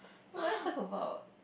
where talk about